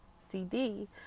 CD